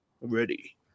ready